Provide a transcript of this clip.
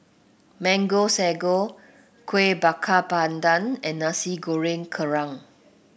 Mango Sago Kueh Bakar Pandan and Nasi Goreng Kerang